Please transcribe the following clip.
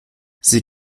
sie